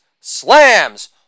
slams